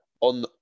on